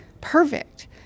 perfect